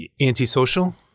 Antisocial